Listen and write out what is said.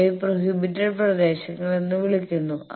അവയെ പ്രോഹിബിറ്റഡ് പ്രദേശങ്ങൾ എന്ന് വിളിക്കുന്നു